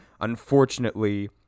unfortunately